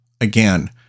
again